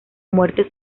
muerte